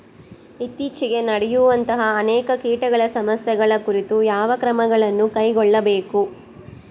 ಇತ್ತೇಚಿಗೆ ನಡೆಯುವಂತಹ ಅನೇಕ ಕೇಟಗಳ ಸಮಸ್ಯೆಗಳ ಕುರಿತು ಯಾವ ಕ್ರಮಗಳನ್ನು ಕೈಗೊಳ್ಳಬೇಕು?